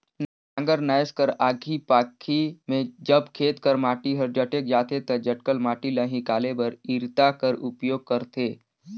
नांगर नाएस कर आखी पाखी मे जब खेत कर माटी हर जटेक जाथे ता जटकल माटी ल हिकाले बर इरता कर उपियोग करथे